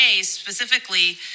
specifically